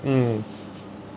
mm